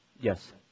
Yes